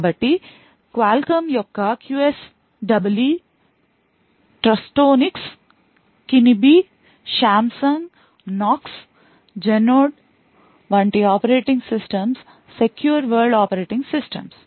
కాబట్టి క్వాల్కమ్ యొక్క QSEE Trustonics Kinibi Samsung knox Genode వంటి operating systems secure world operating systems